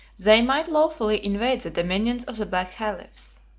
they might lawfully invade the dominions of the black caliphs.